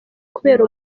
kubera